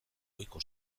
ohiko